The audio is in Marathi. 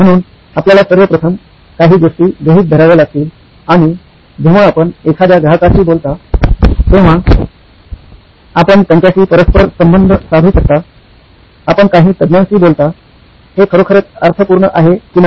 म्हणून आपल्याला सर्व प्रथम काही गोष्टी गृहीत धराव्या लागतील आणि जेव्हा आपण एखाद्या ग्राहकाशी बोलता तेव्हा आपण त्यांच्याशी परस्पर संबंध साधू शकता आपण काही तज्ञांशी बोलता हे खरोखरच अर्थपूर्ण आहे की नाही